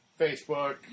Facebook